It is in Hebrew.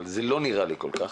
אבל זה לא נראה לי כל כך,